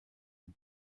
den